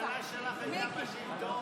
הממשלה שלך הייתה בשלטון.